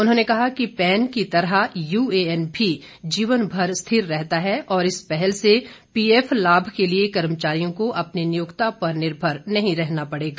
उन्होंने कहा कि पैन की तरह यूएएन भी जीवन भर स्थिर रहता है और इस पहल से पीएफ लाभ के लिए कर्मचारियों को अपने नियोक्ता पर निर्भर नहीं रहना पड़ेगा